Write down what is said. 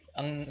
ang